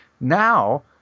Now